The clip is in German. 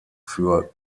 für